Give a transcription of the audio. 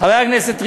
חבר הכנסת ריבלין,